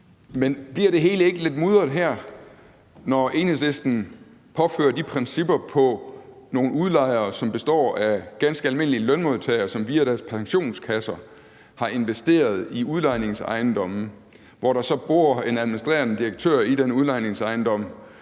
bliver det hele ikke lidt mudret her, når Enhedslisten fører de principper over på nogle udlejere, som består af ganske almindelige lønmodtagere, som via deres pensionskasser har investeret i udlejningsejendomme, og der så bor en administrerende direktør i en af de udlejningsejendomme,